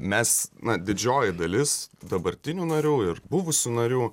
mes na didžioji dalis dabartinių narių ir buvusių narių